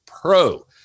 Pro